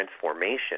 transformation